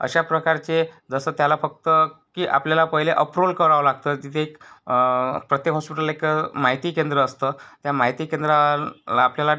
अशा प्रकारचे जसं त्याला फक्त की आपल्याला पहिले अफ्रूवल करावं लागतं तिथे एक प्रत्येक हॉस्पिटलला एक माहिती केंद्र असतं या माहिती केंद्राला आपल्याला